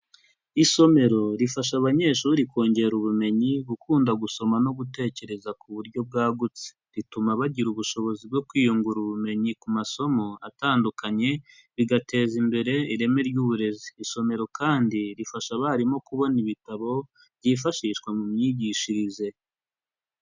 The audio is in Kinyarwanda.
Isomero rifasha abanyeshuri kongera ubumenyi gukunda gusoma no gutekereza ku buryo bwagutse, rituma bagira ubushobozi bwo kwiyungura ubumenyi ku masomo atandukanye bigateza imbere ireme ry'uburezi, isomero kandi rifasha abarimu kubona ibitabo byifashishwa mu myigishirize.